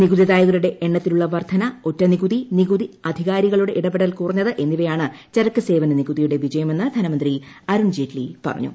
നികുതിദായകരുടെ എണ്ണത്തിലുള്ള വർദ്ധന ഒറ്റ നികുതി നികുതി അധികാരികളുടെ ഇടപെടൽ കുറഞ്ഞത് എന്നിവയാണ് ചരക്ക് സേവന നികുതിയുടെ വിജയമെന്ന് ധനമന്ത്രി അരുൺ ജെയ്റ്റ്ലി പറഞ്ഞു